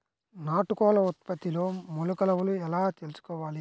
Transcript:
నాటుకోళ్ల ఉత్పత్తిలో మెలుకువలు ఎలా తెలుసుకోవాలి?